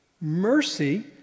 mercy